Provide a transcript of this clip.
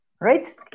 Right